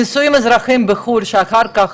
נישואים אזרחיים בחו"ל שאחר כך